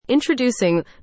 Introducing